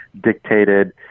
dictated